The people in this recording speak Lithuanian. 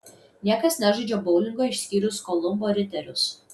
niekas nežaidžia boulingo išskyrus kolumbo riterius